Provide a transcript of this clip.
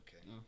Okay